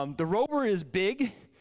um the rover is big.